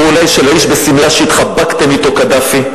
או אולי של האיש בשמלה שהתחבקתם אתו, קדאפי?